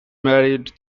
married